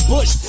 Bush